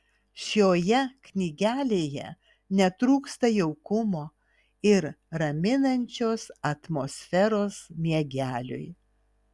šioje knygelėje netrūksta jaukumo ir raminančios atmosferos miegeliui